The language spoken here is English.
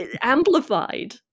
amplified